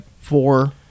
four